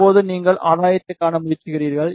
இப்போது நீங்கள் ஆதாயத்தைக் காண முயற்சிக்கிறீர்கள்